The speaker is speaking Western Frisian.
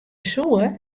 soe